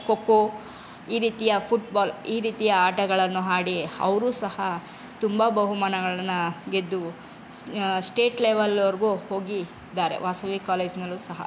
ಕೊಕ್ಕೋ ಈ ರೀತಿಯ ಫುಟ್ಬಾಲ್ ಈ ರೀತಿಯ ಆಟಗಳನ್ನು ಆಡಿ ಅವರು ಸಹ ತುಂಬ ಬಹುಮಾನಗಳನ್ನು ಗೆದ್ದು ಸ್ಟೇಟ್ ಲೆವಲ್ವರೆಗೂ ಹೋಗಿದ್ದಾರೆ ವಾಸವಿ ಕಾಲೇಜಿನಲ್ಲೂ ಸಹ